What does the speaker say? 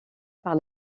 par